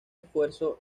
esfuerzo